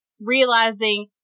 realizing